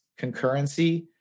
concurrency